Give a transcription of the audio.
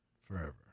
forever